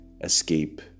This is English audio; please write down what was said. escape